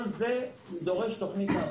כל זה דורש תוכנית על,